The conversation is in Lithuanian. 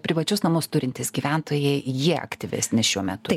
privačius namus turintys gyventojai jie aktyvesni šiuo metu